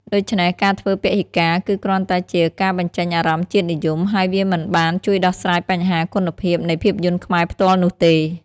ដូច្នេះ ការធ្វើពហិការគឺគ្រាន់តែជា ការបញ្ចេញអារម្មណ៍ជាតិនិយម ហើយវាមិនបានជួយដោះស្រាយបញ្ហាគុណភាពនៃភាពយន្តខ្មែរផ្ទាល់នោះទេ។